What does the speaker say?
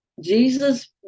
Jesus